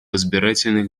избирательных